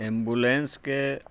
एम्बुलेन्सके